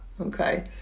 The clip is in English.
okay